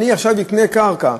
עכשיו אקנה קרקע,